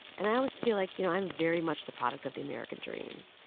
and i always feel like, you know, i'm very much the product of the american dream,